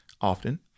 often